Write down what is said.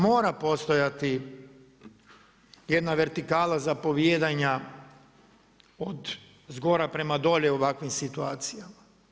Mora postojati jedna vertikala zapovijedanja od zgora prema dolje u ovakvim situacijama.